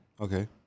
Okay